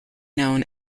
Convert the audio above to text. known